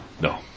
No